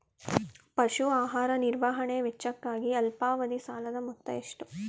ಪಶು ಆಹಾರ ನಿರ್ವಹಣೆ ವೆಚ್ಚಕ್ಕಾಗಿ ಅಲ್ಪಾವಧಿ ಸಾಲದ ಮೊತ್ತ ಎಷ್ಟು?